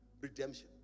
redemption